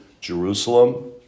Jerusalem